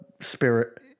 spirit